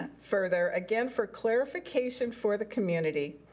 ah further, again for clarification for the community,